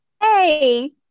hey